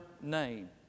name